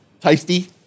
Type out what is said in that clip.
Tasty